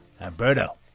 Alberto